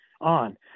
on